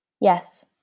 yes